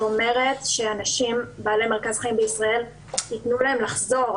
שאומרת שאנשים בעלי מרכז חיים בישראל יוכלו לחזור.